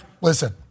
listen